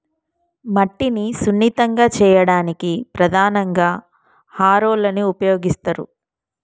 మట్టిని సున్నితంగా చేయడానికి ప్రధానంగా హారోలని ఉపయోగిస్తరు